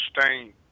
stain